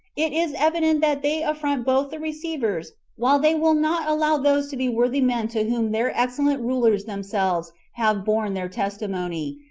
it is evident that they affront both the receivers, while they will not allow those to be worthy men to whom their excellent rulers themselves have borne their testimony,